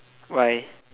why